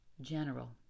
General